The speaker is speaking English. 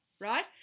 right